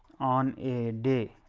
on a day,